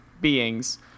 beings